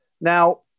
now